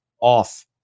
off